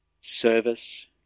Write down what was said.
service